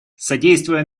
содействуя